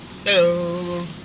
Hello